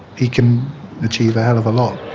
he can achieve a hell of a lot.